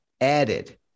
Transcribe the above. added